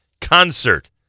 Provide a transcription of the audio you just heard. concert